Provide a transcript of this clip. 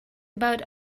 about